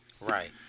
right